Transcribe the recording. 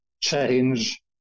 change